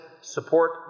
support